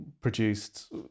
produced